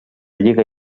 lliga